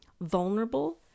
vulnerable